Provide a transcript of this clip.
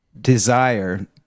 desire